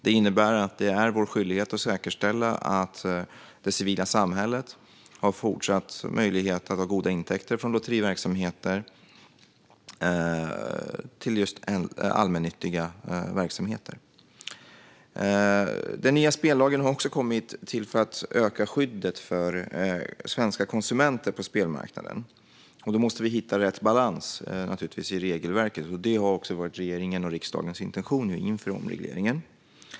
Det innebär att det är vår skyldighet att säkerställa att det civila samhället har fortsatt möjlighet att ha goda intäkter från lotteriverksamheter till just allmännyttiga verksamheter. Den nya spellagen har också kommit till för att öka skyddet för svenska konsumenter på spelmarknaden. Då måste vi hitta rätt balans i regelverket. Det har varit regeringens och riksdagens intention inför omregleringen.